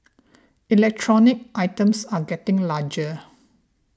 electronic items are getting larger